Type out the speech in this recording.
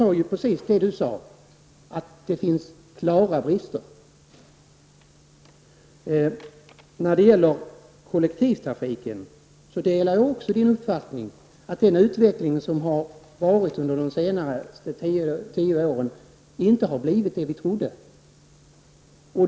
Jag sade precis samma sak som Barbro Sandberg sade. Det finns klara brister. När det gäller kollektivtrafiken delar jag också Barbro Sandbergs uppfattning att utvecklingen under de senaste tio åren inte har blivit vad vi trodde.